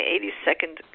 82nd